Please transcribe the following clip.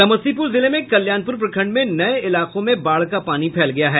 समस्तीपुर जिले में कल्याणपुर प्रखंड में नये इलाकों में बाढ़ का पानी फैल गया है